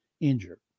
injured